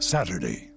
Saturday